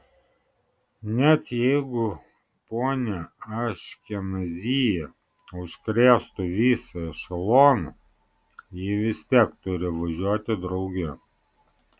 net jeigu ponia aškenazyje užkrėstų visą ešeloną ji vis tiek turi važiuoti drauge